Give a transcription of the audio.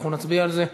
אנחנו נצביע על זה.